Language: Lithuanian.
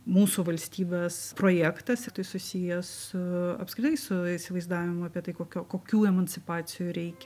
mūsų valstybės projektas tiktai susiję su apskritai su įsivaizdavimu apie tai kokio kokių emancipacijų reikia